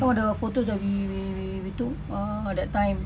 for the photos that we we we we took uh that time